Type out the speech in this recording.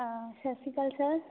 ਹਾਂ ਸਤਿ ਸ਼੍ਰੀ ਅਕਾਲ ਸਰ